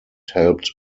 helped